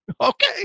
Okay